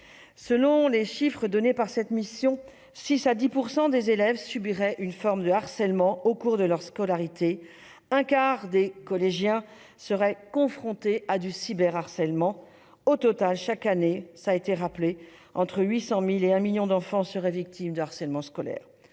Selon les chiffres donnés par cette mission, 6 % à 10 % des élèves subiraient une forme de harcèlement au cours de leur scolarité, et un quart des collégiens seraient confrontés à du cyberharcèlement. Au total, chaque année, entre 800 000 et 1 million d'enfants seraient victimes de harcèlement scolaire.